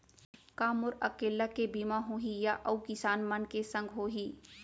का मोर अकेल्ला के बीमा होही या अऊ किसान मन के संग होही?